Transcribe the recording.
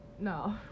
No